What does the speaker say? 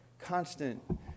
constant